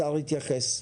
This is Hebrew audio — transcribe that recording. השר יתייחס.